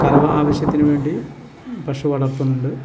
കറവ ആവശ്യത്തിനു വേണ്ടി പശു വളർത്തുന്നുണ്ട്